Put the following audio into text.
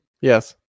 Yes